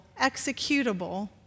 executable